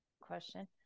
question